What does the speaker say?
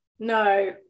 No